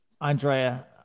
Andrea